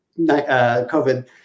COVID